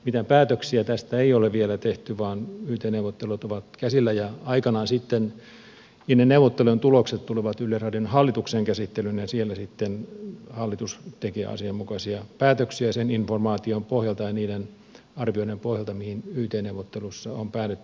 mitään päätöksiä tästä ei ole vielä tehty vaan yt neuvottelut ovat käsillä ja aikanaan sitten niiden neuvottelujen tulokset tulevat yleisradion hallituksen käsittelyyn ja siellä sitten hallitus tekee asianmukaisia päätöksiä sen informaation pohjalta ja niiden arvioiden pohjalta joihin yt neuvotteluissa on päädytty